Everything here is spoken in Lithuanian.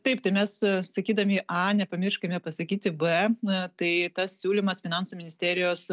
taip tai mes sakydami a nepamirškime pasakyti b na tai tas siūlymas finansų ministerijos